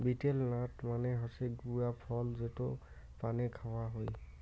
betel nut মানে হসে গুয়া ফল যেটো পানে খাওয়া হই